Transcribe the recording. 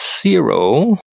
zero